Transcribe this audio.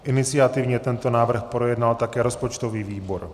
Iniciativně tento návrh projednal také rozpočtový výbor.